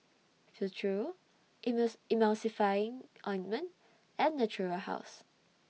Futuro Emulsying Ointment and Natura House